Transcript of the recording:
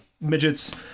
midgets